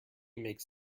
makes